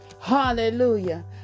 Hallelujah